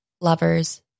lovers